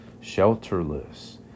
shelterless